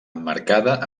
emmarcada